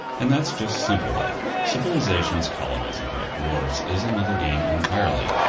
and that's just simple life. civilizations colonizing red dwarfs is another game entirely.